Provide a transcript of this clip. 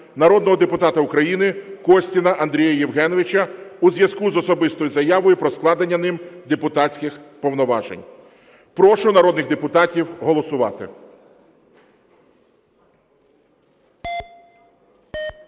народного депутата України Костіна Андрія Євгеновича у зв'язку з особистою заявою про складення ним депутатських повноважень. Прошу народних депутатів голосувати.